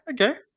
Okay